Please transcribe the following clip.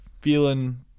feeling